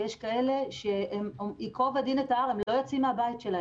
יש כאלה ש-"יקוב הדין את ההר" הם לא יוצאים מן הבית שלהם.